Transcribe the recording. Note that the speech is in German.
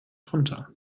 runter